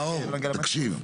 נאור תקשיב,